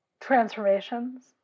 Transformations